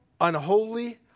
unholy